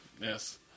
Yes